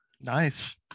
Nice